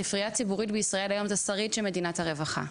ספרייה ציבורית בישראל היום זה שריד של מדינת הרווחה.